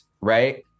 right